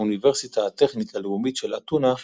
האוניברסיטה הטכנית הלאומית של אתונה,